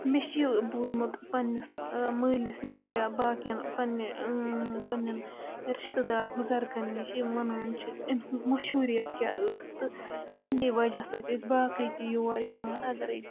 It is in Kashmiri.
مےٚ چھُ یہِ بوٗزمُت پَنٕنِس مٲلِس نِش یا باقٕیَن پنٕنہِ پنٕنٮ۪ن رِشتہٕ دار بُزَرگَن نِش یِم وَنان چھِ أمۍ سٕنٛز مشہوٗریَت کیٛاہ ٲسۍ تہٕ أمۍ سٕنٛدے وَجہ سۭتۍ أسۍ باقٕے تہِ یور یِوان اَگَرے